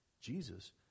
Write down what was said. Jesus